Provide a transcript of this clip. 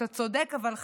אתה צודק, אבל חלקית.